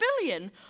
billion